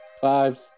Five